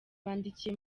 bandikiye